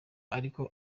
ariko